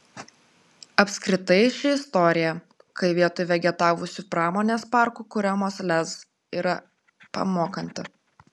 apskritai ši istorija kai vietoj vegetavusių pramonės parkų kuriamos lez yra pamokanti